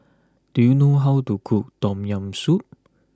do you know how to cook Tom Yam Soup